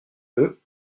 veut